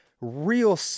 real